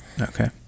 Okay